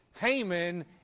Haman